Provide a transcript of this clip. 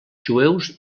jueus